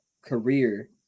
career